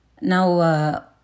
Now